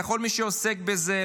לכל מי שעוסק בזה,